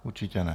Určitě ne.